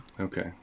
Okay